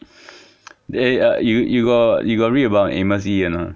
they uh you you got you got read about amos yee or not